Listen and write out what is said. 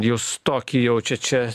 jūs tokį jaučiat čia